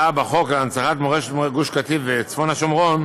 להנצחת מורשת גוש קטיף וצפון השומרון,